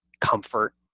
comfort